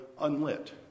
unlit